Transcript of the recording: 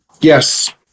Yes